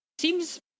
seems